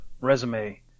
resume